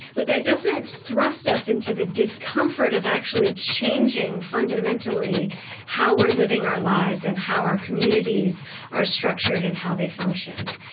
but that doesn't thrust us into the discomfort of actually changing fundamentally how we're living our lives and how our communities are structured and how they function.